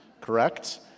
correct